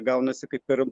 gaunasi kaip ir